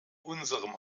unserem